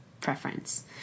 preference